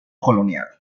colonial